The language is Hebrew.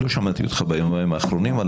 לא שמעתי אותך ביומיים האחרונים על